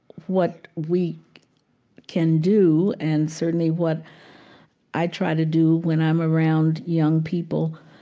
what we can do and certainly what i try to do when i'm around young people,